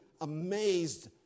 amazed